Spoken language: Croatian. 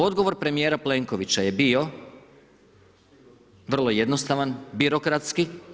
Odgovor premijera Plenkovića je bio vrlo jednostavan, birokratski.